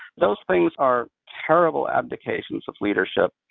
those things are terrible abdications of leadership,